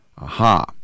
Aha